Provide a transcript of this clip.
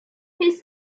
his